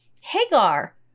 Hagar